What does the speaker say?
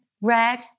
red